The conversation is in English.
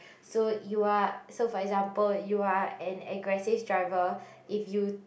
so you are so for example you are an aggressive driver if you